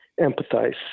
empathize